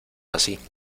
así